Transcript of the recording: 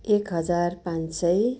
एक हजार पाँच सय